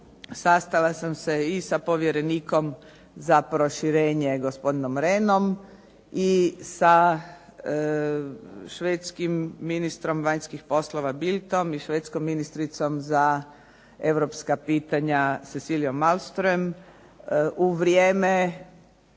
sastala sam se i sa povjerenikom za proširenje gospodinom Rehnom i sa švedskim ministrom vanjskih poslova Bildtom i švedskom ministricom za europska pitanja Ceciliom Malmström u vrijeme